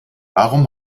warum